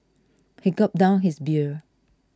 he gulped down his beer